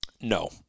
No